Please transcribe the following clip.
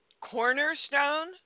cornerstone